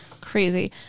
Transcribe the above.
Crazy